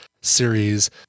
series